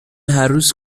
هرروز